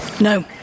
No